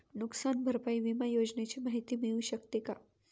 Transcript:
नुकसान भरपाई विमा योजनेची माहिती मिळू शकते का?